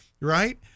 right